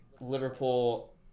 Liverpool